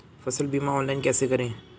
फसल बीमा ऑनलाइन कैसे करें?